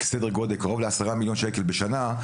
קרוב לעשרה מיליון שקל בשנה,